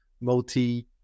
multi